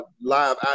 live